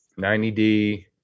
90D